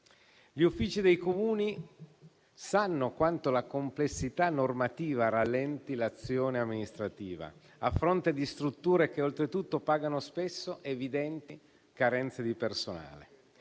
Gli uffici dei Comuni sanno quanto la complessità normativa rallenti l'azione amministrativa a fronte di strutture che, oltretutto, pagano spesso evidenti carenze di personale.